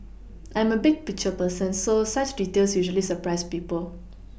I am a big picture person so such details usually surprise people